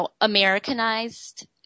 Americanized